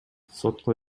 сотко